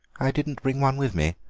i didn't bring one with me,